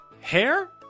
hair